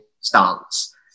stance